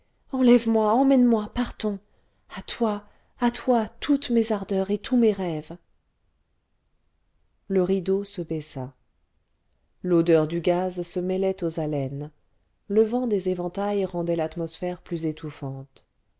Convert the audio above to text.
enlève moi emmène-moi partons à toi à toi toutes mes ardeurs et tous mes rêves le rideau se baissa l'odeur du gaz se mêlait aux haleines le vent des éventails rendait l'atmosphère plus étouffante